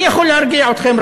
אני יכול להרגיע אתכם,